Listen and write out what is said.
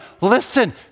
Listen